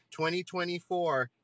2024